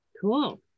cool